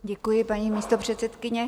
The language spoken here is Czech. Děkuji, paní místopředsedkyně.